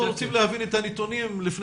אנחנו רוצים להבין את הנתונים לפני